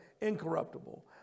incorruptible